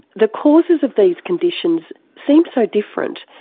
the causes of these conditions seems so different.